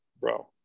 bro